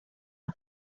nhw